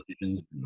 decisions